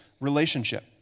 relationship